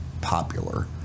popular